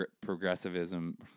progressivism